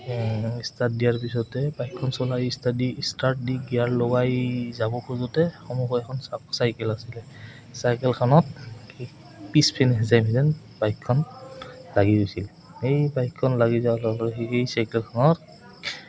start দিয়াৰ পিছতে বাইকখন চলাই ষ্টাৰ্ট দি ষ্টাৰ্ট দি গিয়াৰ লগাই যাব খোজোঁতে সমুখত এখন চাইকেল আছিলে চাইকেলখনত পিছপিনে বাইকখন লাগি গৈছিল সেই বাইকখন লাগি যোৱাৰ লগে লগে সেই চাইকেলখনত